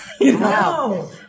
No